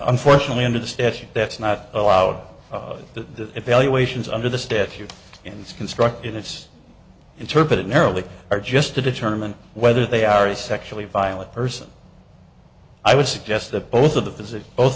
unfortunately under the statute that's not allowed to evaluations under the statute and it's constructed it's interpreted narrowly or just to determine whether they are a sexually violent person i would suggest that both